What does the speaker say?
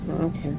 Okay